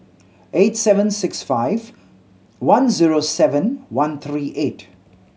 eight seven six five one zero seven one three eight